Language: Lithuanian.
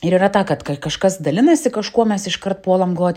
ir yra ta kad kažkas dalinasi kažkuo mes iškart puolam galvot